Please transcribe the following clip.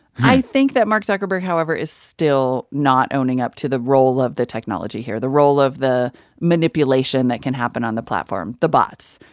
i think that mark zuckerberg, however, is still not owning up to the role of the technology here, the role of the manipulation that can happen on the platform, the bots,